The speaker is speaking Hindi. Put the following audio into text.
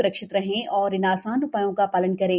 स्रक्षित रहें और इन आसान उ ायों का शालन करें